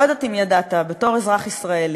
לא יודעת אם ידעת, בתור אזרח ישראלי